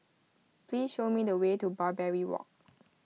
please show me the way to Barbary Walk